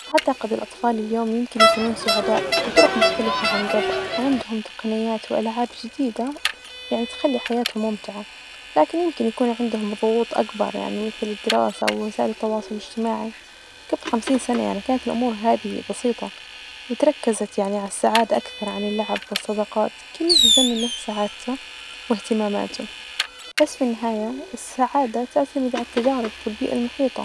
أعتقد الأطفال اليوم يمكن يكونوا سعداء بطرق مختلفة عن جبل عندهم تقنيات وألعاب جديدة يعني تخلي حياتهم ممتعة لكن يمكن يكون عندهم ظغوط أكبر مثل الدراسة ووسائل التواصل الإجتماعي، جبل خمسين سنة يعني كانت الأمور هادية بسيطة وتركزت يعني السعادة أكثر عن اللعب والصداقات كل زمن له سعادته وإهتماماته، بس في النهاية السعادة تعتمد علي التجارب والبيئة المحيطة.